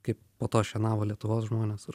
kaip po to šienavo lietuvos žmones ir